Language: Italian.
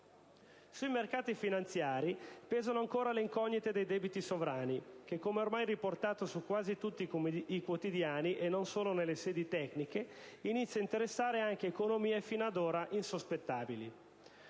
Sui mercati finanziari pesano ancora le incognite dei debiti sovrani che, come ormai riportato su tutti i quotidiani, e non solo nelle sedi tecniche, inizia a interessare anche economie fino ad ora insospettabili.